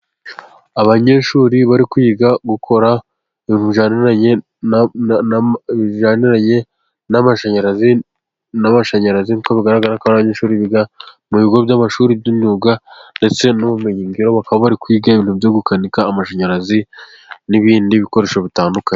Abanyeshuri bari kwiga gukora ibintu bijyaniranye n'amashanyarazi, nk'uko bigaragara ko abanyeshuri biga mu bigo by'amashuri by'imyuga ndetse n'ubumenyingiro, bakaba bari kwiga ibintu byo gukanika amashanyarazi n'ibindi bikoresho bitandukanye.